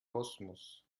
kosmos